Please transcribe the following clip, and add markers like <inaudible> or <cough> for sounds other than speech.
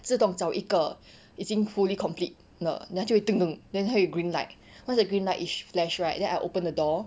自动找一个已经 fully complete 了 then 就会 <noise> then 它会 green light once the green light is flashed right then I open the door